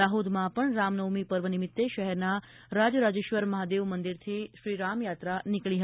દાહોદમાં પણ રામનવમી પર્વ નિમિત્તે શહેરના રાજ રાજેશ્વર મહાદેવ મંદિરથી શ્રી રામયાત્રા નીકળી હતી